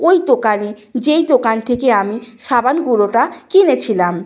ওই দোকানে যেই দোকান থেকে আমি সাবান গুঁড়োটা কিনেছিলাম